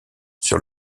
sur